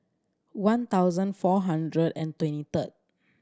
one thousand four hundred and twenty third